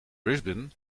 brisbane